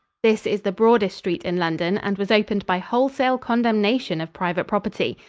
this is the broadest street in london and was opened by wholesale condemnation of private property.